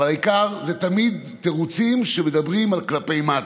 אבל העיקר, זה תמיד תירוצים שמדברים על כלפי מטה,